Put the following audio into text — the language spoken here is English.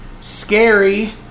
scary